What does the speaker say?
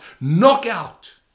knockout